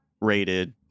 rated